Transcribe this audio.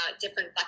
different